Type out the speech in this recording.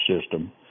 system